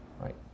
Right